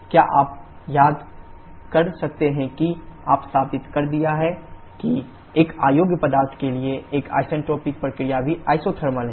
क्या आप याद कर सकते हैं कि आपने साबित कर दिया है कि एक अयोग्य पदार्थ के लिए एक आइसेंट्रोपिक प्रक्रिया भी आइसोथर्मल है